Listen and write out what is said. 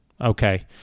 Okay